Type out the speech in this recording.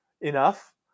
enough